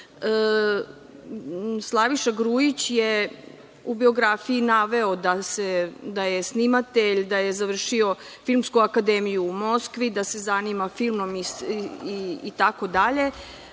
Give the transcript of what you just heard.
tamo. Slaviša Grujić je u biografiji naveo da je snimatelj, da je završio Filmsku akademiju u Moskvi, da se zanima filmom, da je